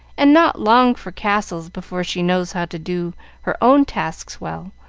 and not long for castles before she knows how to do her own tasks well,